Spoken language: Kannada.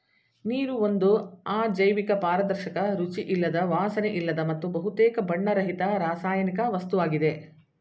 ನೀರು ಒಂದು ಅಜೈವಿಕ ಪಾರದರ್ಶಕ ರುಚಿಯಿಲ್ಲದ ವಾಸನೆಯಿಲ್ಲದ ಮತ್ತು ಬಹುತೇಕ ಬಣ್ಣರಹಿತ ರಾಸಾಯನಿಕ ವಸ್ತುವಾಗಿದೆ